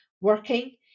working